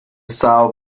são